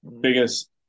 biggest